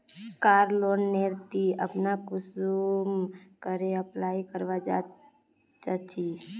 कार loan नेर ती अपना कुंसम करे अप्लाई करवा चाँ चची?